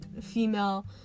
female